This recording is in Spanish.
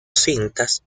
cintas